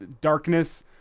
darkness